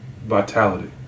vitality